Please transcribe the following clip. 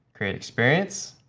create experience.